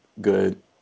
good